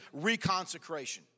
reconsecration